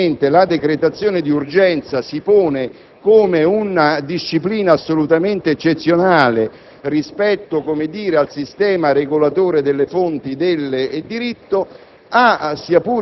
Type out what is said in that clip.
aver evidenziato che la decretazione d'urgenza si pone come una disciplina assolutamente eccezionale rispetto al sistema regolatore delle fonti del diritto,